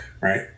right